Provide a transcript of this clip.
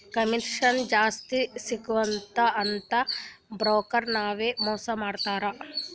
commission ಜಾಸ್ತಿ ಸಿಗ್ತುದ ಅಂತ್ ಬ್ರೋಕರ್ ನವ್ರೆ ಮೋಸಾ ಮಾಡ್ತಾರ್